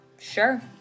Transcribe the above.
sure